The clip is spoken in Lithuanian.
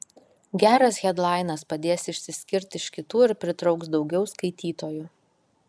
geras hedlainas padės išsiskirt iš kitų ir pritrauks daugiau skaitytojų